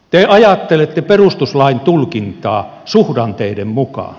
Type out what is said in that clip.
te ajattelette perustuslain tulkintaa suhdanteiden mukaan